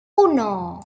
uno